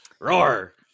Roar